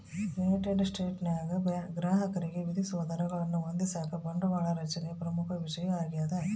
United ಸ್ಟೇಟ್ಸ್ನಾಗ ಗ್ರಾಹಕರಿಗೆ ವಿಧಿಸುವ ದರಗಳನ್ನು ಹೊಂದಿಸಾಕ ಬಂಡವಾಳ ರಚನೆಯು ಪ್ರಮುಖ ವಿಷಯ ಆಗ್ಯದ